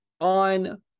on